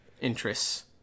interests